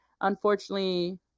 unfortunately